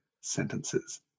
sentences